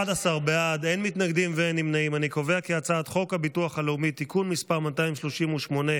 חוק הביטוח הלאומי (תיקון מס' 238,